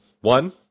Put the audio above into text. One